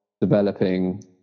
developing